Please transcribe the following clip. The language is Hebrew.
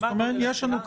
מה גודל הסיעה,